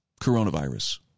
coronavirus